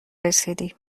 رسیدی